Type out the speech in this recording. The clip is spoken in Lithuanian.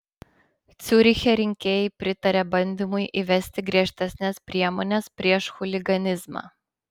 ciuriche rinkėjai pritarė bandymui įvesti griežtesnes priemones prieš chuliganizmą